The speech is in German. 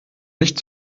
nicht